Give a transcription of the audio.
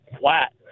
flat